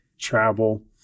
travel